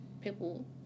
people